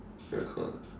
record ah